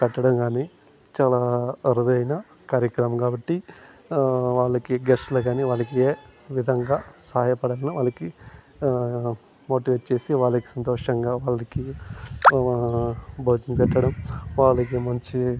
పెట్టడం కానీ చాలా అరుదైన కార్యాక్రమం కాబట్టి వాళ్లకి గెస్టులు కాని వాళ్ళకి ఏ విధంగా సాయపడటం వాళ్ళకి మోటివేట్ చేసి వాళ్ళకి సంతోషంగా వాళ్ళకి భోజనం పెట్టడం వాళ్ళకి మంచి